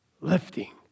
lifting